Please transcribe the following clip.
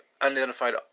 unidentified